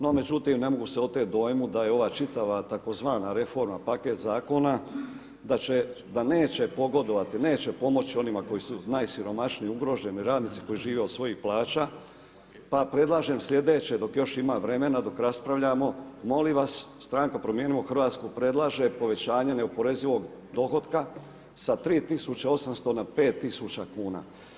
No međutim, ne mogu se oteti dojmu da je ova čitava tzv. reforma paket zakona da će, da neće pogodovati, neće pomoći onima koji su najsiromašniji, ugroženi radnici koji žive od svojih plaća, pa predlažem slijedeće dok još ima vremena, dok raspravljamo, molim vas stranka Promijenimo Hrvatsku predlaže povećanje neoporezivog dohotka sa 3.800,00 kn na 5.000,00 kn.